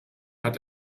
hat